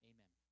Amen